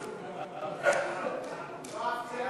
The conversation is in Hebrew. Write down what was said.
רשות ממשלתית